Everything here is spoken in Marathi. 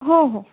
हो हो